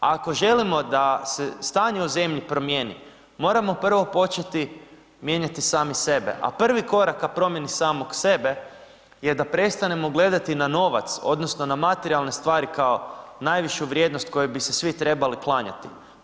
Ako želimo da se stanje u zemlji promijeniti moramo prvo početi mijenjati sami sebe a prvi korak ka promjeni samog sebe je da prestanemo gledati na novac odnosno na materijalne stvari kao najvišu vrijednost kojoj bi se svi trebali klanjati.